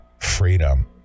freedom